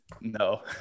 no